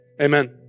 Amen